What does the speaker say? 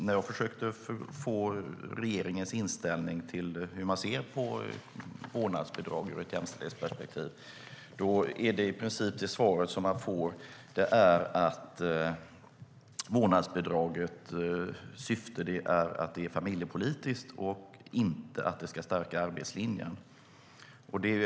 När jag försökte ta reda på regeringens inställning till vårdnadsbidraget ur ett jämställdhetsperspektiv blev svaret att vårdnadsbidragets syfte är familjepolitiskt, inte att det ska stärka arbetslinjen.